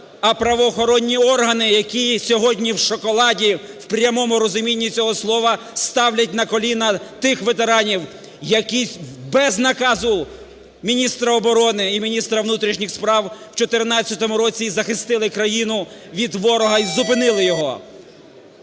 а правоохоронні органи, які сьогодні "в шоколаді" в прямому розумінні цього слова, ставлять на коліна тих ветеранів, які без наказу міністра оборони і міністра внутрішніх справ в 2014 році і захистили країну від ворога і зупинили його.